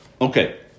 okay